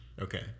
Okay